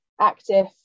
active